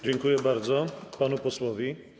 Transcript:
Dziękuję bardzo panu posłowi.